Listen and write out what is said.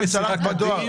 שלחת בדואר